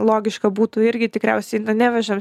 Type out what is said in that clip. logiška būtų irgi tikriausiai neveža